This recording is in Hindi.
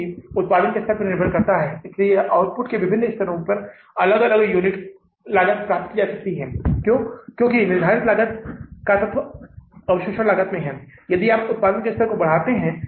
दूसरी तरफ हम उस प्रत्यक्ष खर्च को लेते हैं तीन प्रत्यक्ष व्यय लेते हैं जो कि सामग्री श्रम और अन्य खर्चों के लिए मेरे खर्च हैं